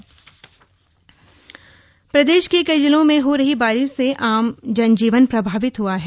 मौसम प्रदेश के कई जिलों में हो रही बारिश से आम जन जीवन प्रभावित हुआ है